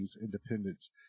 independence